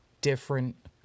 different